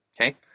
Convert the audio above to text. Okay